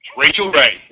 rachel ray.